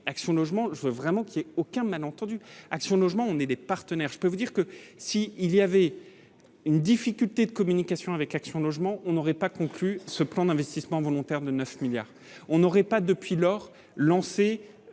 Action logement je veux vraiment qu'il y ait aucun malentendu Action logement, on est des partenaires, je peux vous dire que si il y avait une difficulté de communication avec la qui font de logement, on n'aurait pas conclu ce plan d'investissement volontaire de 9 milliards on aurait pas depuis lors lancé